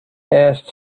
asked